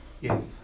Yes